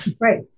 Right